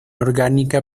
orgánica